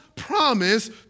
promise